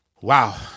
Wow